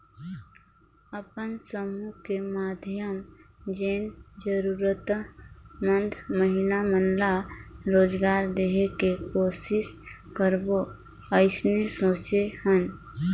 अपन समुह के माधियम जेन जरूरतमंद महिला मन ला रोजगार देहे के कोसिस करबो अइसने सोचे हन